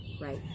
Right